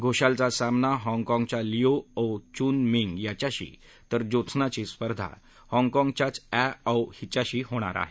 घोषालचा सामना हाँगकाँगच्या Leo Au Chun Ming याच्याशी तर ज्योत्साची स्पर्धा हाँगकाँगच्याच अ ञौ हिच्याशी होणार आहे